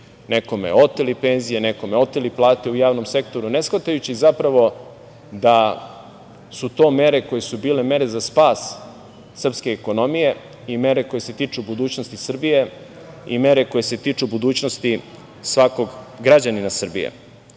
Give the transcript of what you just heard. nekome oteli penzije, nekome oteli plate u javnom sektoru, ne shvatajući zapravo da su to mere koje su bile mere za spas srpske ekonomije, mere koje se tiču budućnosti Srbije i mere koje se tiču budućnosti svakog građanina Srbije. Što